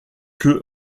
que